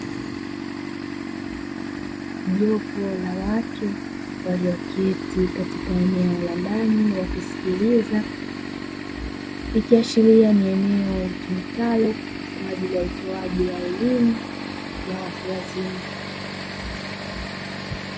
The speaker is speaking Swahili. Jopo la watu walioketi katika eneo la ndani wakisikiliza, ikiashiria ni eneo litumikalo kwa ajili ya utoaji wa elimu ya watu wazima.